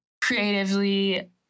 creatively